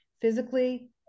physically